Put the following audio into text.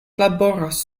laboros